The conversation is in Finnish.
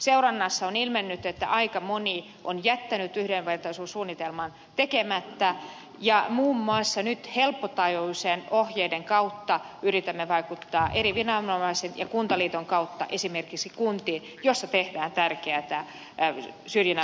seurannassa on ilmennyt että aika moni on jättänyt yhdenvertaisuussuunnitelman tekemättä ja nyt yritämme muun muassa helppotajuisten ohjeiden kautta vaikuttaa eri viranomaisiin ja kuntaliiton kautta esimerkiksi kuntiin joissa tehdään tärkeätä syrjinnänvastaista työtä